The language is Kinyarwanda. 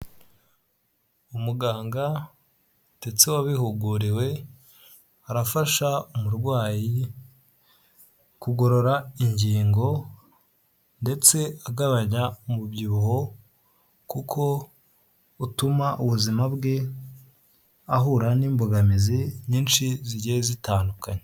Umuganga ndetse wabihuguriwe, arafasha umurwayi kugorora ingingo, ndetse agabanya umubyibuho kuko utuma ubuzima bwe ahura n'imbogamizi nyinshi zigiye zitandukanye.